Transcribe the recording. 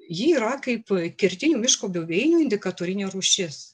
ji yra kaip kertinių miško buveinių indikatorinė rūšis